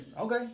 Okay